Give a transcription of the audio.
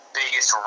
biggest